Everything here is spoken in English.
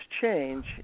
change